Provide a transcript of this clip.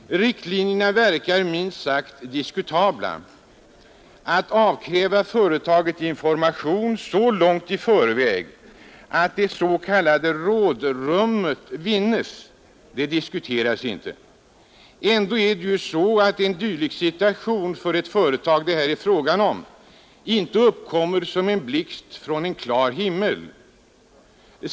Riktlinjerna verkar minst sagt diskutabla. Att avkräva företaget information så långt i förväg att det s.k. rådrummet vinnes diskuteras inte. Ändå uppkommer en dylik situation för ett företag som det här är fråga om inte som en blixt från klar himmel.